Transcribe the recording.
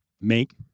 make